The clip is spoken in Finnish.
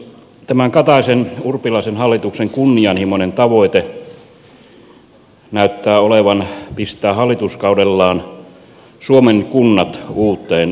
tämän kataisenurpilaisen hallituksen kunnianhimoinen tavoite näyttää olevan pistää hallituskaudellaan suomen kunnat uuteen uskoon